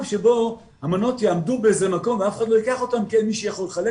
שבו המנות יעמדו באיזה מקום ואף אחד לא ייקח אותן כי אין מי שיכול לחלק